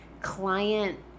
client